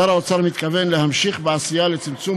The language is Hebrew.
שר האוצר מתכוון להמשיך בעשייה לצמצום